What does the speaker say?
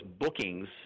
bookings